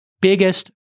biggest